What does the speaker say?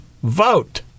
Vote